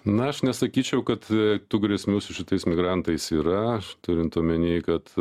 na aš nesakyčiau kad tų grėsmių su šitais migrantais yra turint omeny kad